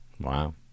Wow